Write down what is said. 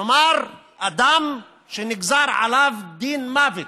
כלומר, אדם שנגזר עליו דין מוות,